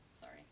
Sorry